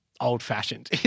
old-fashioned